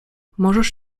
możesz